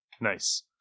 Nice